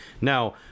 Now